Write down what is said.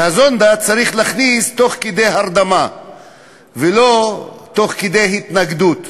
ואת הזונדה צריך להכניס תוך כדי הרדמה ולא תוך כדי התנגדות.